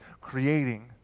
creating